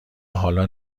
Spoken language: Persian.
حالا